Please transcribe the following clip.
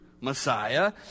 messiah